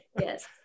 Yes